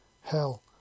hell